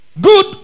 Good